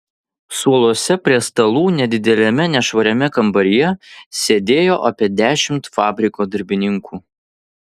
suoluose prie stalų nedideliame nešvariame kambaryje sėdėjo apie dešimt fabriko darbininkų